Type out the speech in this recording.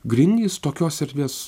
grindys tokios erdvės